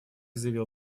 заявил